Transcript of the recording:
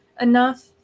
enough